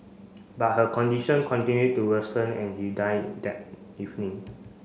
but her condition continued to worsen and he died that evening